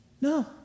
No